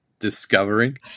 discovering